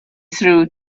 through